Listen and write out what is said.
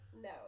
No